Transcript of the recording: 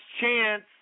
chance